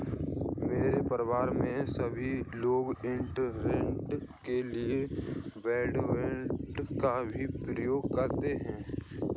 मेरे परिवार में सभी लोग इंटरनेट के लिए ब्रॉडबैंड का भी प्रयोग करते हैं